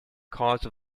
cause